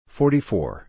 forty-four